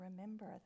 remember